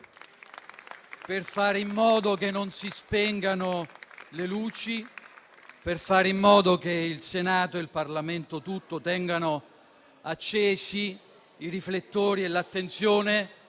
per fare in modo che non si spengano le luci, per fare in modo che il Senato e il Parlamento tutto tengano accesi i riflettori e l'attenzione